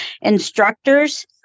instructors